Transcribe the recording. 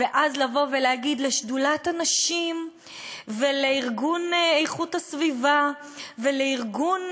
ואז לבוא ולהגיד לשדולת הנשים ולארגון איכות הסביבה ולארגון